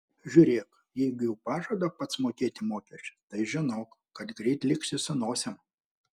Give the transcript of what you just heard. žiūrėk jeigu jau pažada pats mokėti mokesčius tai žinok kad greit liksi su nosim